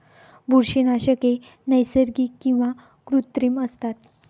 बुरशीनाशके नैसर्गिक किंवा कृत्रिम असतात